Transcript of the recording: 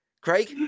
Craig